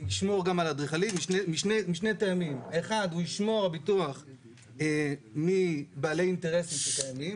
ישמור גם על האדריכלים משני טעמים: 1. הביטוח ישמור מבעלי אינטרסים שקיימים.